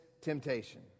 temptation